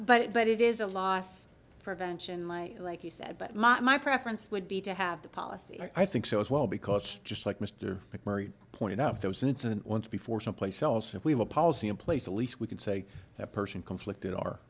it but it is a loss prevention my like you said but my preference would be to have the policy i think so as well because just like mr mccurry pointed out there was an incident once before someplace else if we were policy in place at least we can say the person conflicted our